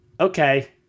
okay